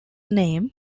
name